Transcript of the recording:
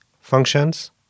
functions